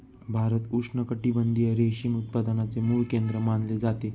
भारत उष्णकटिबंधीय रेशीम उत्पादनाचे मूळ केंद्र मानले जाते